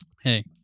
Hey